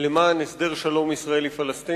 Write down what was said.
למען הסדר שלום ישראלי-פלסטיני,